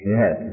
Yes